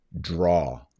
draw